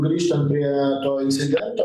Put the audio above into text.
grįžtant prie to incidento